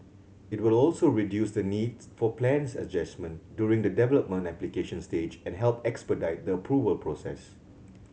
it will also reduce the needs for plans adjustment during the development application stage and help expedite the approval process